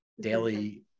daily